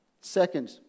Second